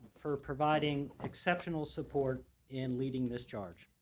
for providing exceptional support in leading this charge.